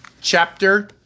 chapter